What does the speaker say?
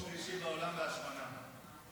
מקום שלישי בעולם בהשמנה לילדים.